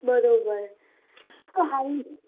બરોબર તો હાલ